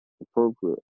appropriate